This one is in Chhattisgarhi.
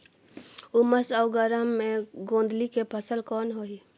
उमस अउ गरम मे गोंदली के फसल कौन होही?